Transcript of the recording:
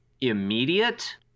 immediate